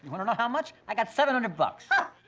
wanna know how much? i got seven hundred bucks.